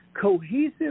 cohesive